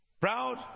proud